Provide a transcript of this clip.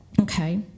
okay